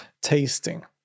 tasting